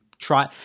try